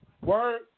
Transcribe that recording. word